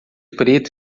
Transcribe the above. preto